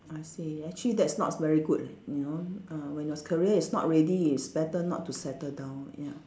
I see actually that's not very good you know uh when your career is not ready it's better not to settle down ya